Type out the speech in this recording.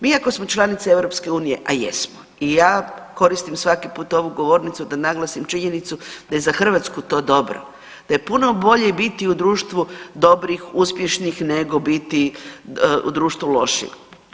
Mi ako smo članica EU a jesmo i ja koristim svaki put ovu govornicu da naglasim činjenicu da je za Hrvatsku to dobro, da je puno bolje biti u društvu dobrih, uspješnih nego biti u društvu loših.